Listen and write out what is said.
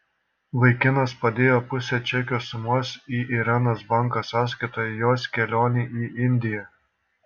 vaikinas padėjo pusę čekio sumos į irenos banko sąskaitą jos kelionei į indiją